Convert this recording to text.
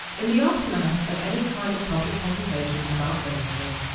in the aftermath of any kind of public conversation about racism,